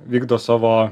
vykdo savo